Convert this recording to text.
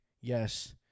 yes